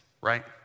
right